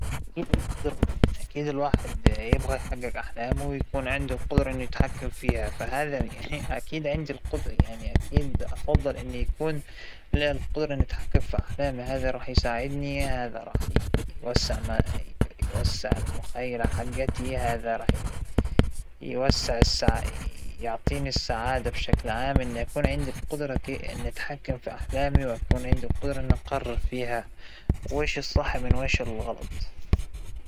راح أختار أتحكم باحلامي، لانه أحلامى هى أنا هى ذاتى، ال- او الأشياء اللى أنا نفسى تصير ما قد صارتلى بعد، أو كان نفسى تصير بالماضى وما صارتلى بالماضى، راح أتحكم فيها، بحطلها حد تا الأحلام والطموح الزايد مرة يفور، فأعتقد إنى أتحكم باحلامى وأضعلها حدودها.